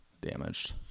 damaged